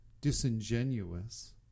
disingenuous